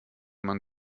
man